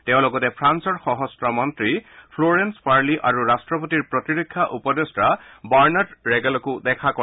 তেওঁ লগতে ফ্ৰান্সৰ সশস্ত্ৰ মন্ত্ৰী ফ্লোৰেঞ্চ পাৰ্লী আৰু ৰাট্টপতিৰ প্ৰতিৰক্ষা উপদেষ্টা বাৰ্ণাড ৰোগেলকো দেখা কৰে